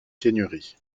seigneurie